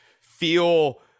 feel